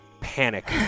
panic